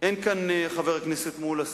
חבר הכנסת מולה,